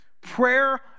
prayer